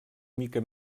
mica